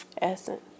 Essence